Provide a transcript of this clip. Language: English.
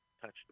touched